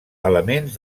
elements